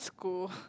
to go